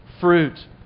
Fruit